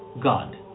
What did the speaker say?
god